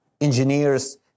engineers